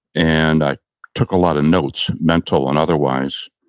and i took a lot of notes, mental and otherwise